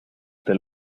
del